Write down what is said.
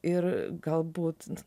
ir galbūt